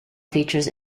features